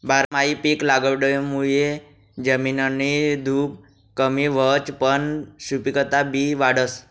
बारमाही पिक लागवडमुये जमिननी धुप कमी व्हसच पन सुपिकता बी वाढस